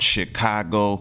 Chicago